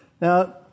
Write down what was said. Now